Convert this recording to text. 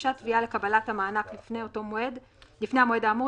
הוגשה תביעה לקבלת המענק לפני המועד האמור